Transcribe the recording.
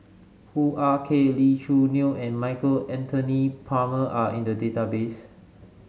Hoo Ah Kay Lee Choo Neo and Michael Anthony Palmer are in the database